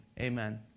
amen